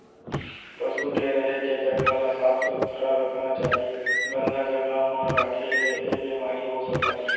पसु के रहें के जघा ल साफ सुथरा रखना चाही, गंदा जघा म राखे ले ऐ बेमारी हो सकत हे